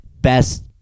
best